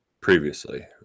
previously